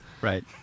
Right